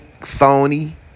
phony